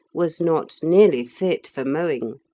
was not nearly fit for mowing.